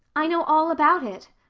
i know all about it,